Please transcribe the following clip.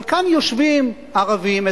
אבל כאן יושבים ערבים,